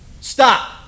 Stop